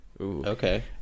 Okay